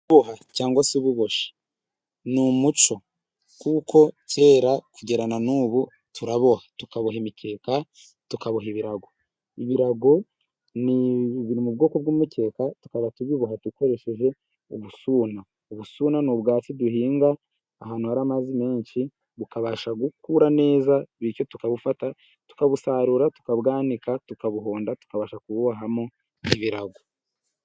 Kubona cyangwa se ububoshyi ni umuco kuko kera kugera na n'ubu turaboha, tukaboha imikeka, tukaboha ibirago. Ibirago biri mu bwoko bw'umukeka twaba tubiboha dukoresheje ubusuna .Ubusuna ni ubwatsi duhinga ahantu hari amazi menshi, bukabasha gukura neza bityo tukabufata, tukabusarura, tukabwanika, tukabuhonda, tukabasha kububohamo ibirago.